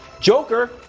Joker